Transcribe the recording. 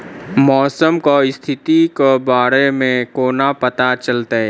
मौसम केँ स्थिति केँ बारे मे कोना पत्ता चलितै?